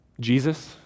Jesus